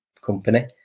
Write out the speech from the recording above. company